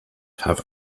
have